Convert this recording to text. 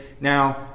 now